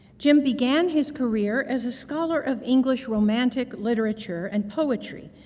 jim began his career as a scholar of english romantic literature and poetry,